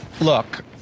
Look